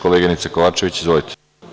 Koleginice Kovačević, izvolite.